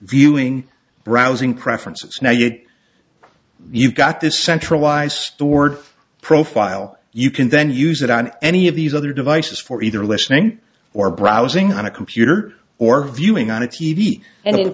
viewing browsing preferences now you you've got this centralized stored profile you can then use it on any of these other devices for either listening or browsing on a computer or viewing on a t v and in